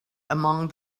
among